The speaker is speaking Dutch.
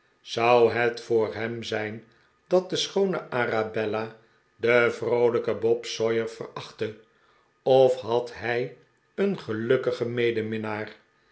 zou het voor hem zijn dat de schoone arabella den vroolijken bob sawyer verachtte of had hij een gelukkigen medeminnaar